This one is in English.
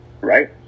Right